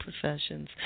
professions